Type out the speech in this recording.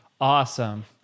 awesome